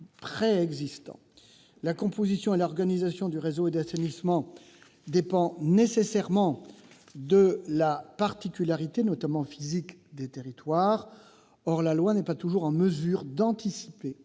La composition et l'organisation du réseau d'eau et d'assainissement dépendent nécessairement des spécificités, notamment physiques, des territoires. Or la loi n'est pas toujours en mesure d'anticiper